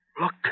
Look